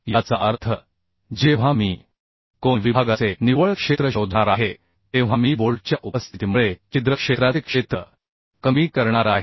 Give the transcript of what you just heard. याचा अर्थ जेव्हा मी कोन विभागाचे निव्वळ क्षेत्र शोधणार आहे तेव्हा मी बोल्टच्या उपस्थितीमुळे छिद्र क्षेत्राचे क्षेत्र कमी करणार आहे